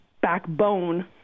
backbone